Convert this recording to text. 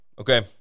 okay